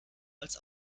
als